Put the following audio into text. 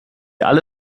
alle